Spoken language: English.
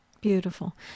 Beautiful